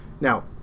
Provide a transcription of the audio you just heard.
Now